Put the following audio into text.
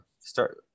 start